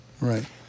Right